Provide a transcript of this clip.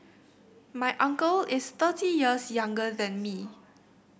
my uncle is thirty years younger than me